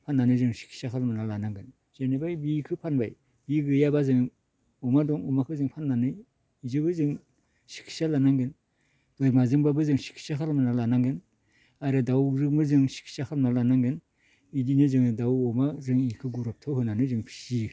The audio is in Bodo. फाननानै जों सिखिथसा खालामनानै लानांगोन जेनेबा बिखो फानबाय बि गैयाब्ला जों अमा दं अमाखो जों फाननानै बेजोबो जों सिखिथसा लानांगोन बोरमाजोंब्लाबो जों सिखिथसा खालामना लानांगोन आरो दाउजोंबो जों सिखिथसा खालामना लानांगोन इदिनो जोङो दाउ अमा जों इखो गुर'बथ' होनानै जों फियो